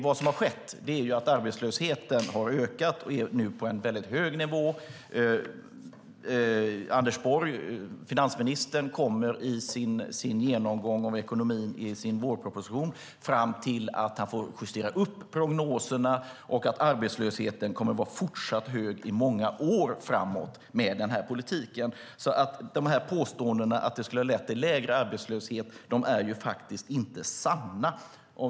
Det som skett är att arbetslösheten har ökat och är nu på en mycket hög nivå. Anders Borg, finansministern, kommer vid genomgången av ekonomin i sin vårproposition fram till att han får justera upp prognoserna och att arbetslösheten fortsatt kommer att vara hög, i många år framåt. Det sker med den förda politiken. Påståendet att den skulle ha lett till lägre arbetslöshet är faktiskt inte sant.